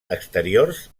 exteriors